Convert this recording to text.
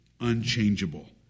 unchangeable